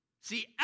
See